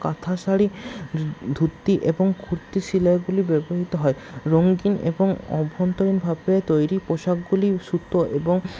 কাঁথা শাড়ি ধুতি এবং কুর্তি সিলাইগুলি ব্যবহৃত হয় রঙিন এবং অভ্যন্তরীণভাবে তৈরি পোশাকগুলি সুতো এবং